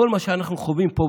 כל מה שאנחנו חווים פה,